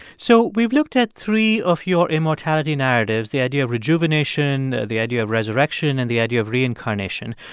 so we've looked at three of your immortality narratives the idea of rejuvenation, the idea of resurrection and the idea of reincarnation.